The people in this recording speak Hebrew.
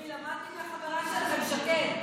למדתי מחברה שלכם שקד.